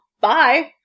bye